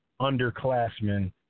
underclassmen